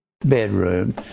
bedroom